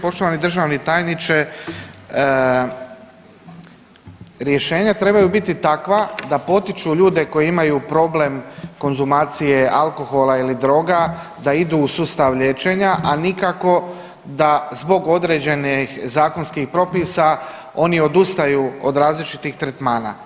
Poštovani državni tajniče, rješenja trebaju biti takva da potiču ljude koji imaju problem konzumacije alkohola ili droga da idu u sustav liječenja, a nikako da zbog određenih zakonskih propisa oni odustaju od različitih tretmana.